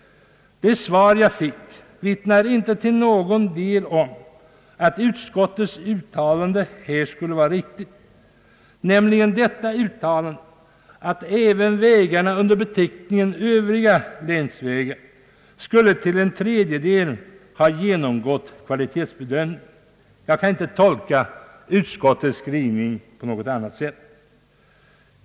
Det svar jag fick vittnar inte till någon del om att utskottets uttalande skulle vara riktigt, nämligen uttalandet att även vägarna under beteckningen »övriga länsvägar» till en tredjedel skulle ha genomgått kvalitetsbedömning. Jag kan inte tolka utskottets skrivning på något annat sätt.